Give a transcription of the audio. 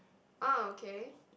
ah okay